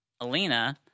Alina